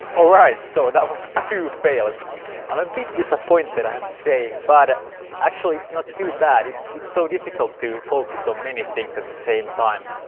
alright, so that was two fails. i'm a bit disappointed i have to say, but actually it's not too bad. it's it's so difficult to focus on many things at the same time.